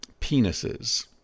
penises